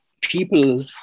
people